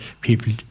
people